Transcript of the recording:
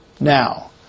Now